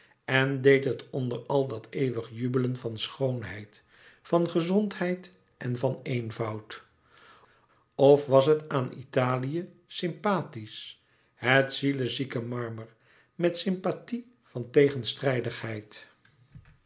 en leed het onder al dat eeuwig jubelen van schoonheid van gezondheid en van eenvoud of was het aan italië sympathisch het zielezieke marmer met sympathie van tegenstrijdigheid